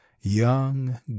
young